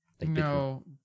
no